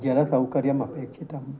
जलसौकर्यम् अपेक्षितम्